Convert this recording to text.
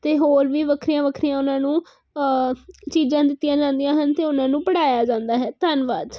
ਅਤੇ ਹੋਰ ਵੀ ਵੱਖਰੀਆਂ ਵੱਖਰੀਆਂ ਉਹਨਾਂ ਨੂੰ ਚੀਜ਼ਾਂ ਦਿੱਤੀਆਂ ਜਾਂਦੀਆਂ ਹਨ ਅਤੇ ਉਹਨਾਂ ਨੂੰ ਪੜ੍ਹਾਇਆ ਜਾਂਦਾ ਹੈ ਧੰਨਵਾਦ